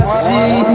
see